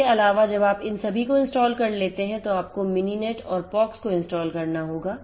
इसके अलावा जब आप इन सभी को इंस्टॉल कर लेते हैं तो आपको Mininet और POX को इंस्टॉल करना होगा